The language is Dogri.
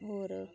और